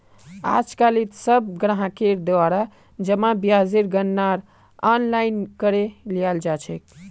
आजकालित सब ग्राहकेर द्वारा जमा ब्याजेर गणनार आनलाइन करे लियाल जा छेक